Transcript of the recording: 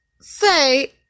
say